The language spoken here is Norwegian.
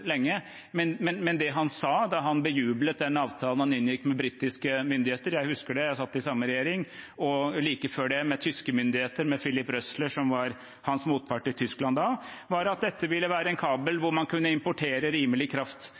lenge. Men det han sa da han bejublet den avtalen han inngikk med britiske myndigheter – jeg husker det, jeg satt i samme regjering – og like før det, med tyske myndigheter, med Philipp Rösler, som var hans motpart i Tyskland da, var at dette ville være en kabel hvor man kunne importere rimelig kraft